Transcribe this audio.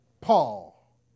Paul